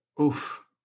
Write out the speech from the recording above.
Oof